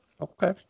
Okay